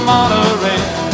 Monterey